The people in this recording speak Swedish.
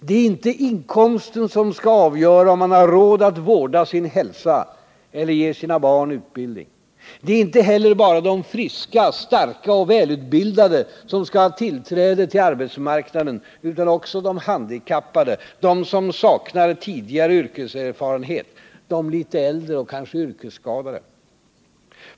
Det är inte inkomsten som skall avgöra om man har råd att vårda sin hälsa eller ge sina barn utbildning. Det är inte heller bara de friska, starka och välutbildade som skall ha tillträde till arbetsmarknaden utan också de handikappade, de som saknar tidigare yrkeserfarenhet, de litet äldre och kanske yrkesskadade.